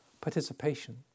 participation